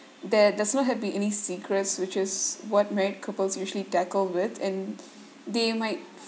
there does not have be any secrets which is what married couples usually tackle with and they might